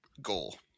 Goal